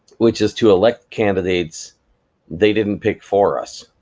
which is to elect candidates they didn't pick for us!